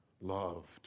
loved